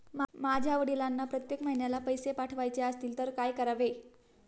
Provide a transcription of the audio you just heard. माझ्या वडिलांना प्रत्येक महिन्याला पैसे पाठवायचे असतील तर काय करावे?